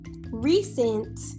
recent